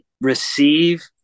receive